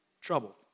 trouble